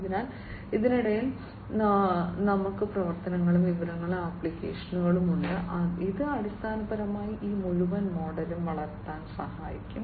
അതിനാൽ ഇതിനിടയിൽ ഞങ്ങൾക്ക് പ്രവർത്തനങ്ങളും വിവരങ്ങളും ആപ്ലിക്കേഷനും ഉണ്ട് ഇത് അടിസ്ഥാനപരമായി ഈ മുഴുവൻ മോഡലും വളർത്താൻ സഹായിക്കും